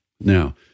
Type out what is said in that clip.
now